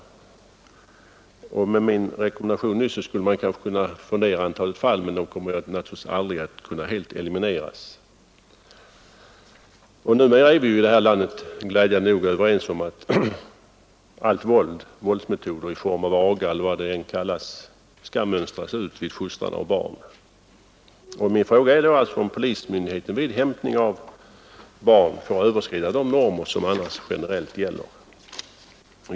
Genom att följa min rekommendation nyss skulle man kanske kunna få ned antalet sådana fall, men de kommer naturligtvis aldrig att kunna helt elimineras. Numera är vi ju i det här landet glädjande nog överens om att allt våld, alla våldsmetoder i form av aga eller vad det än kallas, skall mönstras ut vid fostran av barn. Min fråga är då, om polismyndigheten vid hämtning av barn får överskrida de normer som annars generellt gäller.